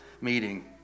meeting